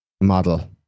model